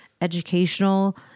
educational